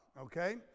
okay